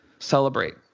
celebrate